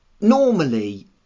Normally